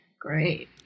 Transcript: great